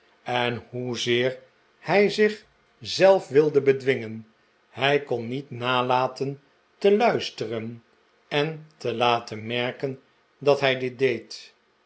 en hoezeer hij zich zelf wilde bedwingen hij kon niet nalaten te luisteren en te laten merken dat hij dit deed